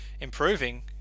improving